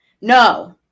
no